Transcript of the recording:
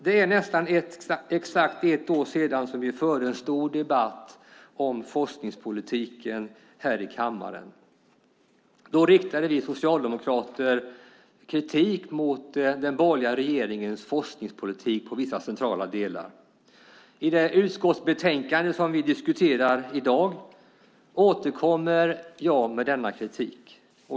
Det är nästan exakt ett år sedan vi här i kammaren förde en stor debatt om forskningspolitiken. Då riktade vi socialdemokrater kritik mot den borgerliga regeringens forskningspolitik i vissa centrala delar. I det utskottsbetänkande som vi diskuterar i dag återkommer jag med denna kritik.